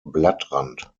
blattrand